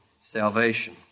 salvation